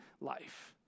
life